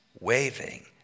waving